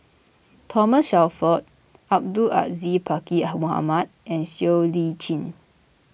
Thomas Shelford Abdul Aziz Pakkeer Mohamed and Siow Lee Chin